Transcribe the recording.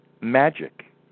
magic